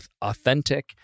authentic